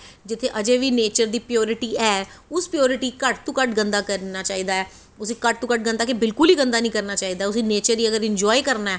जित्थै अज्जें बी नेचर दी प्योरटी ऐ उस प्योरटी गी घट्ट तो घट्ट गंदा करना चाहिदा ऐ उस्सी घट्ट तो घट्ट केह् बिल्कुल गंदा नेईं करना चाहिदा ऐ उस्सी नेचर गी अगर इंजाय करना ऐ